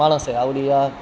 માણસે આવડી આ